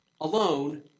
alone